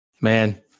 man